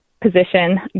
position